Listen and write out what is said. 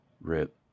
Rip